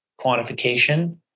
quantification